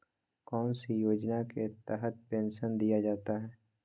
कौन सी योजना के तहत पेंसन दिया जाता है?